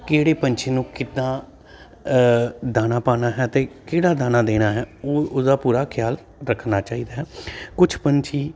ਕਿਹੜੇ ਪੰਛੀ ਨੂੰ ਕਿੱਦਾਂ ਦਾਣਾ ਪਾਉਣਾ ਹੈ ਅਤੇ ਕਿਹੜਾ ਦਾਣਾ ਦੇਣਾ ਹੈ ਉਹ ਉਹਦਾ ਪੂਰਾ ਖਿਆਲ ਰੱਖਣਾ ਚਾਹੀਦਾ ਹੈ ਕੁਛ ਪੰਛੀ